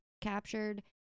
captured